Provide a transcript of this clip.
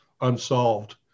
unsolved